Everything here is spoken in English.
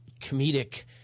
comedic